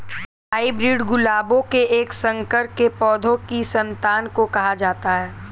hybrid गुलाबों के एक संकर के पौधों की संतान को कहा जाता है